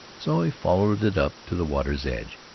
so he followed it up to the water's edge.